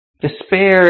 despair